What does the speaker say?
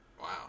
Wow